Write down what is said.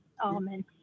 Amen